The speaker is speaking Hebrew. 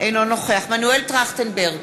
אינו נוכח מנואל טרכטנברג,